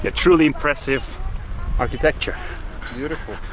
ah truly impressive architecture beautiful